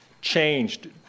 changed